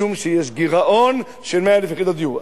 משום שיש גירעון של 100,000 יחידות דיור.